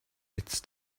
its